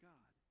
God